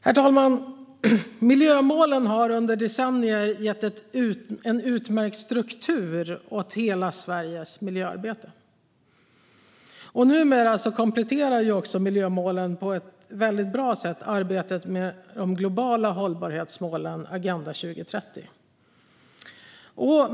Herr talman! Miljömålen har under decennier gett en utmärkt struktur åt hela Sveriges miljöarbete. Numera kompletterar miljömålen också på ett väldigt bra sätt arbetet med de globala hållbarhetsmålen, Agenda 2030.